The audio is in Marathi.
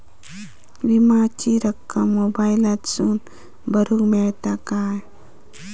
विमाची रक्कम मोबाईलातसून भरुक मेळता काय?